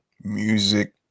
music